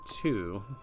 two